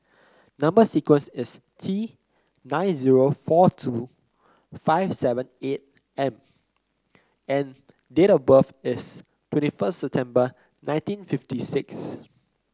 number sequence is T nine zero four two five seven eight M and date of birth is twenty first September nineteen fifty six